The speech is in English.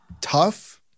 tough